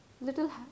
little